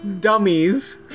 dummies